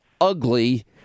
ugly